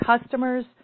customer's